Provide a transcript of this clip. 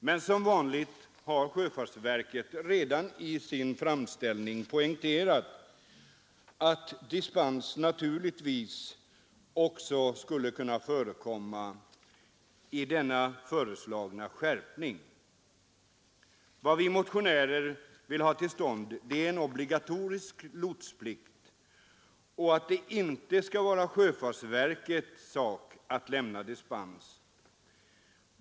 Men som vanligt har sjöfartsverket redan i sin hemställan poängterat att dispens från den föreslagna skärpningen naturligtvis skall få förekomma. Vad vi som motionärer vill ha till stånd är en obligatorisk lotsplikt och att det inte skall vara sjöfartsverkets sak att lämna dispens.